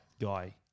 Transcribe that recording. guy